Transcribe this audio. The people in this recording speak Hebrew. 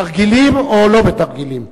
בתרגילים או לא בתרגילים?